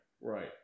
Right